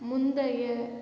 முந்தைய